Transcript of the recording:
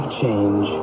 change